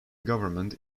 government